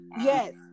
Yes